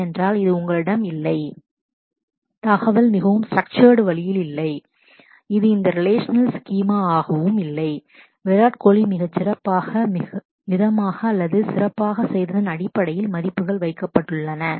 ஏனென்றால் இது உங்களிடம் இடத்தில் இல்லை தகவல் information மிகவும் ஸ்ட்ரக்சர் வழியில் இது இல்லை இது எந்த ரிலேஷனல் ஸ்கீமா ஆகவும் schema இல்லை விராட் கோலி ViratKohli மிகச் சிறப்பாக மிதமாக அல்லது சிறப்பாகச் செய்ததன் அடிப்படையில் மதிப்புகள் வைக்கப்பட்டுள்ளன